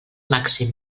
màxim